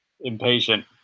impatient